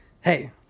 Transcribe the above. hey